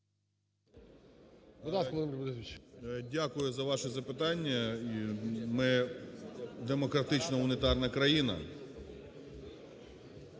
Дякую за ваше запитання. Ми демократична унітарна країна,